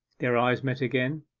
their eyes met again.